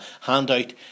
handout